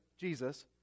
Jesus